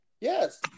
Yes